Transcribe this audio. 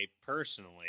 personally